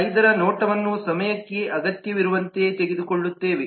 5 ರ ನೋಟವನ್ನು ಸಮಯಕ್ಕೆ ಅಗತ್ಯವಿರುವಂತೆ ತೆಗೆದುಕೊಳ್ಳುತ್ತೇವೆ